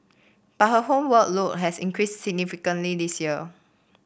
but her homework load has increased significantly this year